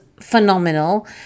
phenomenal